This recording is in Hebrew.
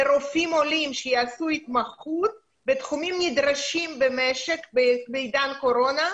לרופאים עולים שיעשו התמחות בתחומים נדרשים במשק בעידן הקורונה,